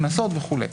קנסות וכולי.